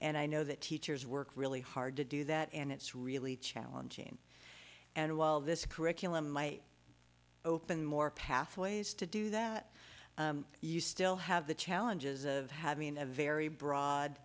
and i know that teachers work really hard to do that and it's really challenging and while this curriculum might open more pathways to do that you still have the challenges of having a very